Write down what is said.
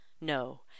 No